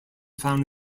found